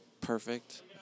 perfect